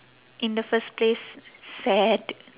in the first place sad